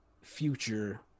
future